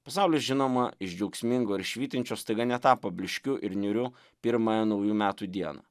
pasaulis žinoma iš džiaugsmingo ir švytinčios staiga netapo blyškiu ir niūriu pirmąją naujų metų dieną